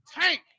Tank